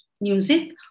music